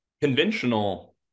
conventional